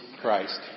Christ